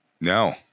No